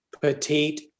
petite